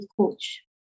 coach